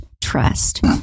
trust